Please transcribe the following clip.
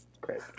Great